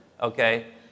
Okay